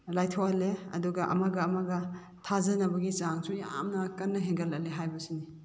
ꯂꯥꯏꯊꯣꯛꯍꯜꯂꯦ ꯑꯗꯨꯒ ꯑꯃꯒ ꯑꯃꯒ ꯊꯥꯖꯅꯕꯒꯤ ꯆꯥꯡꯁꯨ ꯌꯥꯝꯅ ꯀꯟꯅ ꯍꯦꯟꯒꯠꯂꯛꯂꯦ ꯍꯥꯏꯕꯁꯤꯅꯤ